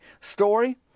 story